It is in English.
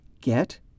get